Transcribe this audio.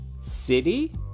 City